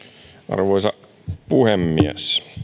arvoisa puhemies